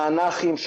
תענכים,